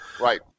right